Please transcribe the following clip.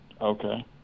Okay